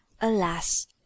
alas